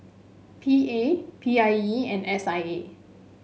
P A P I E and S I A